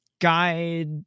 guide